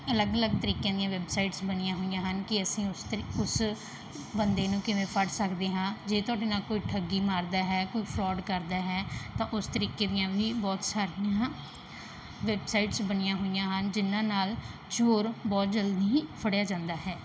ਅਲੱਗ ਅਲੱਗ ਤਰੀਕਿਆਂ ਦੀਆਂ ਵੈਬਸਾਈਟਸ ਬਣੀਆਂ ਹੋਈਆਂ ਹਨ ਕਿ ਅਸੀਂ ਉਸ ਤਰ ਉਸ ਬੰਦੇ ਨੂੰ ਕਿਵੇਂ ਫੜ ਸਕਦੇ ਹਾਂ ਜੇ ਤੁਹਾਡੇ ਨਾਲ ਕੋਈ ਠੱਗੀ ਮਾਰਦਾ ਹੈ ਕੋਈ ਫਰੋਡ ਕਰਦਾ ਹੈ ਤਾਂ ਉਸ ਤਰੀਕੇ ਦੀਆਂ ਵੀ ਬਹੁਤ ਸਾਰੀਆਂ ਵੈਬਸਾਈਟਸ ਬਣੀਆਂ ਹੋਈਆਂ ਹਨ ਜਿਹਨਾਂ ਨਾਲ ਚੋਰ ਬਹੁਤ ਜਲਦੀ ਹੀ ਫੜਿਆ ਜਾਂਦਾ ਹੈ